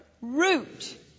root